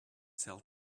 sell